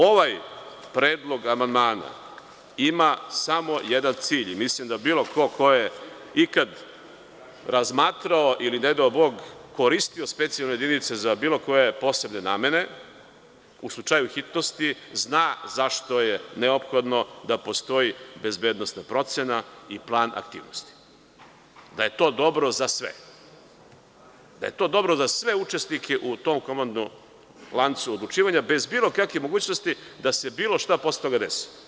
Ovaj predlog amandmana ima samo jedan cilj i mislim da bilo ko ko je ikad razmatrao ili, ne dao Bog, koristio specijalne jedinice za bilo koje posebne namene, u slučaju hitnosti, zna zašto je neophodno da postoji bezbednosna procena i plan aktivnosti, da je to dobro za sve učesnike u tom komandnom lancu odlučivanja bez bilo kakve mogućnosti da se bilo šta posle toga desi.